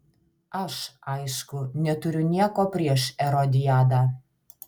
aš aišku neturiu nieko prieš erodiadą